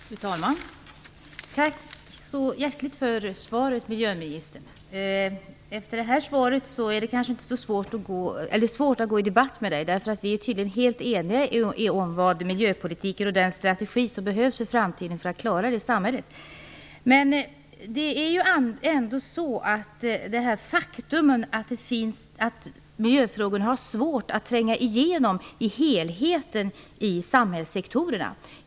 Fru talman! Tack så hjärtligt för svaret, miljöministern! Efter att ha fått detta svar är det svårt att debattera med henne. Vi är tydligen helt eniga om miljöpolitiken och den strategi som behövs i framtiden. Det är dock ett faktum att miljöfrågor har svårt att komma med som en del av helheten i de olika samhällssektorerna.